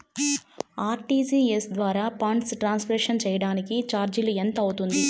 RTGS ద్వారా funds transfer సేయడానికి చార్జీలు ఎంత అవుతుంది